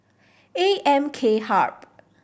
A M K Hub